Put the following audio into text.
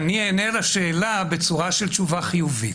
אדוני, אני אענה על השאלה בצורה של תשובה חיובית.